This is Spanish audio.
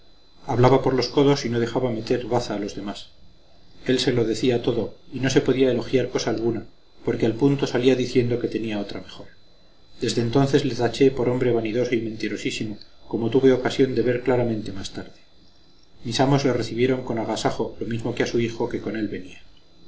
hablaba por los codos y no dejaba meter baza a los demás él se lo decía todo y no se podía elogiar cosa alguna porque al punto salía diciendo que tenía otra mejor desde entonces le taché por hombre vanidoso y mentirosísimo como tuve ocasión de ver claramente más tarde mis amos le recibieron con agasajo lo mismo que a su hijo que con él venía